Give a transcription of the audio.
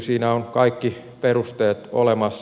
siinä on kaikki perusteet olemassa